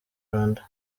rwanda